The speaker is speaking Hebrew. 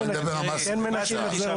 הוא מדבר על מס רכישה.